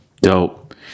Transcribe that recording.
Dope